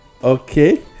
Okay